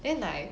then like